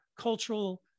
cultural